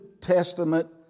Testament